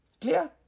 Clear